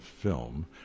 film